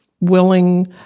willing